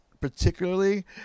particularly